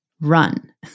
run